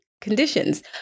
Conditions